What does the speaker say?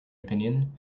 opinion